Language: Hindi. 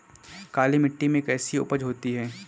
काली मिट्टी में कैसी उपज होती है?